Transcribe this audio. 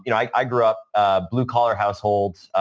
you know i i grew up blue collar households,